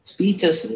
Speeches